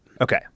Okay